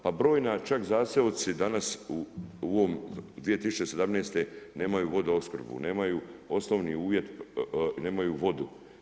Pa brojni čak zaseoci danas u 2017. nemaju vodoopskrbu, nemaju osnovni uvjet, nemaju vodu.